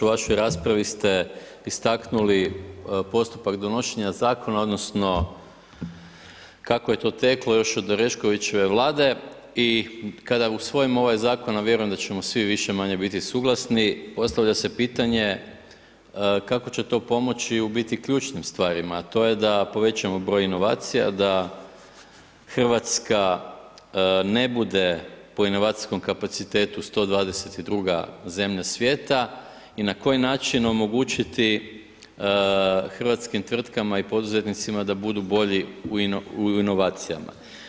U vašoj raspravi ste istaknuli postupak donošenja zakona odnosno kako je to teklo još od Oreškovićeve vlade i kada usvojimo ovaj zakon, a vjerujem da ćemo svi više-manje biti suglasni, postavlja se pitanje kako će to pomoći u ključnim stvarima, a to je da povećamo broj inovacija, da Hrvatska ne bude po inovacijskom kapacitetu 122 zemlja svijeta i na koji način omogućiti hrvatskim tvrtkama i poduzetnicima da budu bolji u inovacijama.